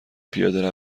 پیاده